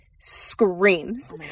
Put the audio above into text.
screams